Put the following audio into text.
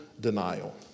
denial